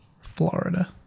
Florida